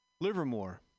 Livermore